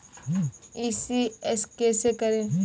ECS कैसे करें?